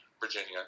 Virginia